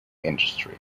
industry